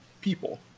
people